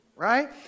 Right